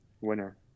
winner